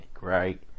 right